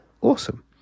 Awesome